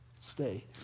Stay